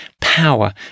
power